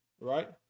right